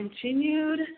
continued